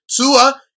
Tua